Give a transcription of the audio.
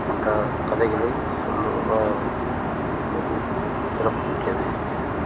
மற்ற கதைகளை சொல்லுவது சிறப்பு மிக்கது